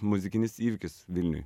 muzikinis įvykis vilniuj